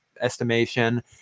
estimation